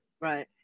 Right